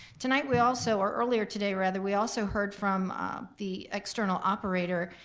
tonight we also, or earlier today rather, we also heard from the external operator.